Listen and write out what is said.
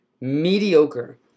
Mediocre